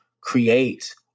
create